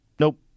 Nope